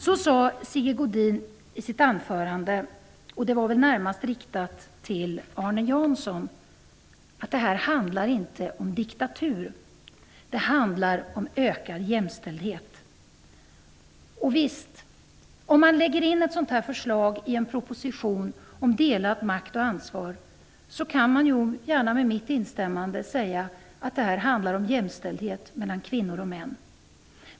Sigge Godin sade i sitt anförande att det här inte handlar om diktatur utan om ökad jämställdhet. Det var förmodligen närmast riktat till Arne Jansson. Eftersom man lägger in ett sådant här förslag i en proposition om delad makt och delat ansvar går det att säga att det handlar om jämställdhet mellan kvinnor och män.